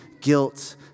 guilt